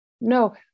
No